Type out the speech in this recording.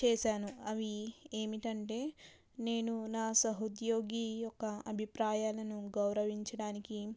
చేశాను అవి ఏమిటంటే నేను నా సహ ఉద్యోగి ఒక అభిప్రాయాలను గౌరవించడానికి